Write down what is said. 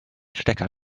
stecker